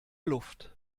luft